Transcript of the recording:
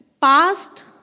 Past